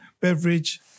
beverage